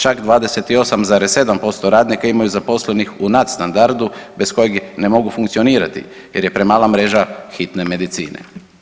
Čak 28,7% radnika imaju zaposlenih u nadstandardu bez kojeg ne mogu funkcionirati, jer je premala mreža hitne medicine.